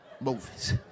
movies